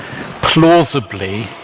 plausibly